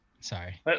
Sorry